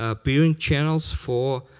ah peering channels, for